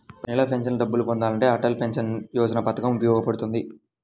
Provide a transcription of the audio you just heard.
ప్రతి నెలా పెన్షన్ డబ్బులు పొందాలంటే అటల్ పెన్షన్ యోజన పథకం ఉపయోగపడుతుంది